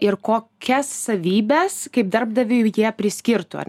ir kokias savybes kaip darbdaviui jie priskirtų ar